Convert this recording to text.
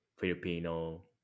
filipino